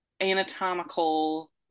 anatomical